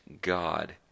god